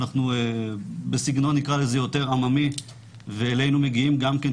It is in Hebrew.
אנחנו בסגנון נקרא לזה יותר עממי ואלינו מגיעים גם כן,